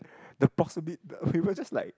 the the favour just like